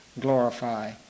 glorify